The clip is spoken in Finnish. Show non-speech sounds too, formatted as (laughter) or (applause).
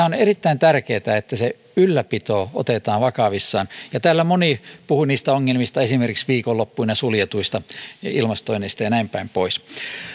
(unintelligible) on erittäin tärkeätä että ylläpito otetaan vakavissaan täällä moni puhui niistä ongelmista esimerkiksi viikonloppuina suljetuista ilmastoinneista ja näinpäin pois